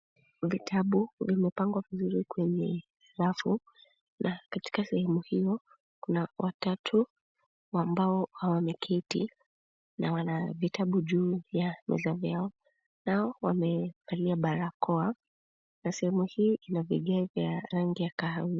Vitabu vimepangwa vizuri kwenye rafu na katika sehemu hio kuna watatu ambao wameketi na wana vitabu juu ya meza vyao nao wamevalia barakoa na sehemu hii ina vigae vya rangi ya kahawia.